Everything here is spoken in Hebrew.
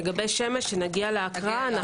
לגבי השמש - כשנגיע להקראה.